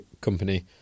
Company